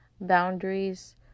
Boundaries